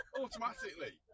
automatically